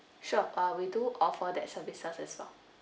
sure uh we do offer that services as well